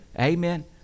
Amen